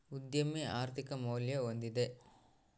ಉದ್ಯಮಿ ಆರ್ಥಿಕ ಮೌಲ್ಯ ಹೊಂದಿದ